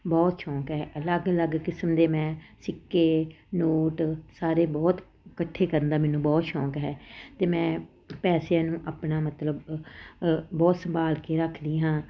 ਬਹੁਤ ਸ਼ੌਂਕ ਹੈ ਅਲੱਗ ਅਲੱਗ ਕਿਸਮ ਦੇ ਮੈਂ ਸਿੱਕੇ ਨੋਟ ਸਾਰੇ ਬਹੁਤ ਇਕੱਠੇ ਕਰਨ ਦਾ ਮੈਨੂੰ ਬਹੁਤ ਸ਼ੌਂਕ ਹੈ ਅਤੇ ਮੈਂ ਪੈਸਿਆਂ ਨੂੰ ਆਪਣਾ ਮਤਲਬ ਅ ਬਹੁਤ ਸਂਭਾਲ ਕੇ ਰੱਖਦੀ ਹਾਂ